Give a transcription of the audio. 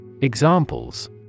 Examples